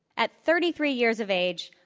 at thirty three years of age,